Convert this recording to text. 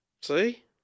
See